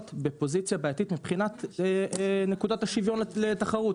בפוזיציה בעייתית מבחינת נקודת השוויון לתחרות.